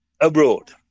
abroad